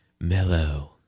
mellow